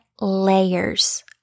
layers